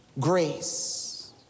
grace